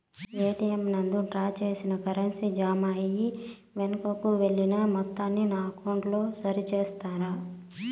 ATM నందు draw చేసిన currency జామ అయి వెనుకకు వెళ్లిన మొత్తాన్ని నా అకౌంట్ లో సరి చేస్తారా?